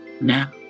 Now